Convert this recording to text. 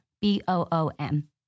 B-O-O-M